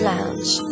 Lounge